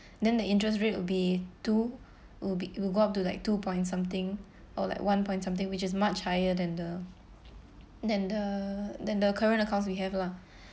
then the interest rate will be two will be will go up to like two point something or like one point something which is much higher than the than the than the current accounts we have lah